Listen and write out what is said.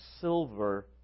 silver